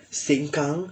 sengkang